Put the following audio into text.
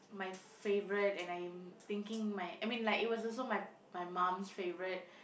my favorite and I'm thinking my I mean like it was also my my mum's favorite